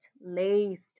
laced